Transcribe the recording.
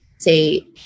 Say